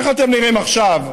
איך אתם נראים עכשיו,